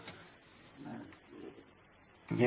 C circuit